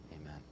Amen